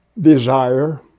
desire